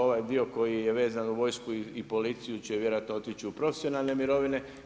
Ovaj dio koji je vezan uz vojsku i policiju će vjerojatno otići u profesionalne mirovine.